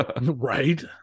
Right